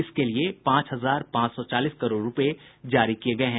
इसके लिए पांच हजार पांच सौ चालीस करोड़ रुपए जारी किए गए हैं